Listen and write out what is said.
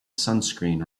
sunscreen